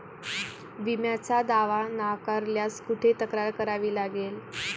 विम्याचा दावा नाकारल्यास कुठे तक्रार करावी लागेल?